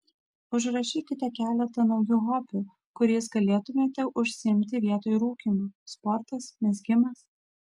užrašykite keletą naujų hobių kuriais galėtumėte užsiimti vietoj rūkymo sportas mezgimas